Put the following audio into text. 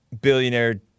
billionaire